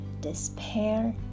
despair